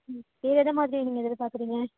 ம் வேறே எதை மாதிரி நீங்கள் எதிர்பாக்கிறீங்க